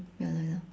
ya lor ya